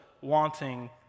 wanting